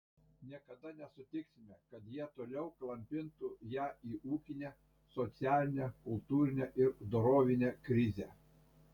niekada nesutiksime kad jie toliau klampintų ją į ūkinę socialinę kultūrinę ir dorovinę krizę